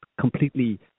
completely